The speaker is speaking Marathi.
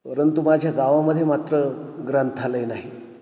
परंतु माझ्या गावामध्ये मात्र ग्रंथालय नाही